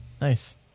Nice